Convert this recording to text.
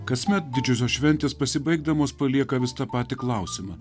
kasmet didžiosios šventės pasibaigdamos palieka vis tą patį klausimą